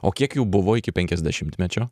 o kiek jų buvo iki penkiasdešimtmečio